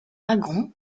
dragons